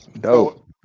dope